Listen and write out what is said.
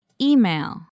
Email